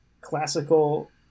classical